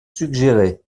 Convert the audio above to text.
suggérer